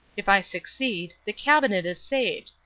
if i succeed, the cabinet is saved,